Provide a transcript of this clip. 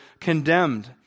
condemned